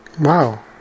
Wow